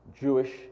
Jewish